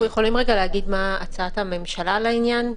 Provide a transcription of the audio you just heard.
יכולים להגיד מה הצעת הממשלה לעניין?